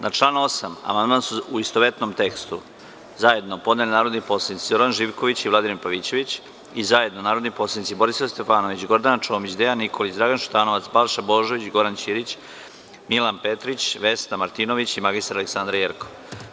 Na član 8. amandman su u istovetnom tekstu zajedno podnelinarodni poslanici Zoran Živković i Vladimir Pavićević i zajedno narodni poslanici Borislav Stefanović, Gordana Čomić, Dejan Nikolić, Dragan Šutanovac, Balša Božović, Goran Ćirić, Milan Petrić, Vesna Martinović i mr Aleksandra Jerkov.